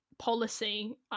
policy